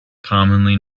commonly